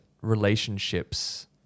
relationships